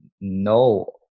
no